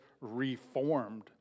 reformed